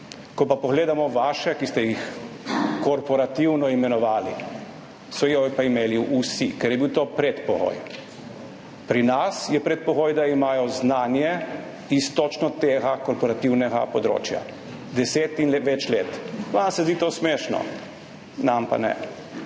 Ko pa pogledamo vaše, ki ste jih korporativno imenovali, so jo pa imeli vsi, ker je bil to predpogoj. Pri nas je predpogoj, da imajo znanje iz točno tega korporativnega področja, deset in več let. Vam se zdi to smešno, nam pa ne.